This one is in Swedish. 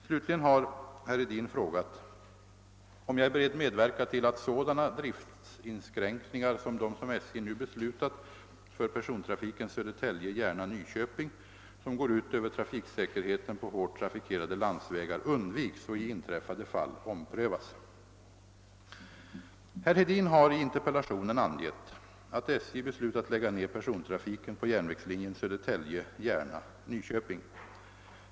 Slutligen har herr Hedin frågat, om jag är beredd medverka till att sådana driftsinskränkningar som de som SJ nu beslutat för persontrafiken Södertälje—Järna—Nyköping som går ut över trafiksäkerheten på hårt trafikerade landsvägar undviks och i inträffade fall omprövas. Herr Hedin har i interpellationen angett att SJ beslutat lägga ned persontrafiken på järnvägslinjen Södertälje— Järna—Nyköping.